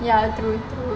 ya true true